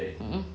mmhmm